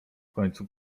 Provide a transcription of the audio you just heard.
końcu